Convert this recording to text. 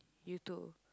you too